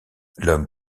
l’homme